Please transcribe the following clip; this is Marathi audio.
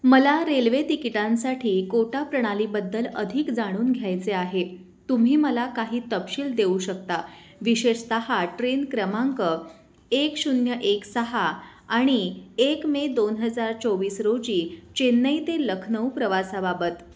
मला रेल्वे तिकिटांसाठी कोटा प्रणालीबद्दल अधिक जाणून घ्यायचे आहे तुम्ही मला काही तपशील देऊ शकता विशेषतः ट्रेन क्रमांक एक शून्य एक सहा आणि एक मे दोन हजार चोवीस रोजी चेन्नई ते लखनऊ प्रवासाबाबत